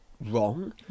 wrong